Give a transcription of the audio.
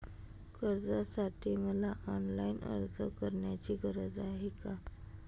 कर्जासाठी मला ऑनलाईन अर्ज करण्याची गरज आहे का?